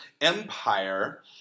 empire